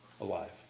alive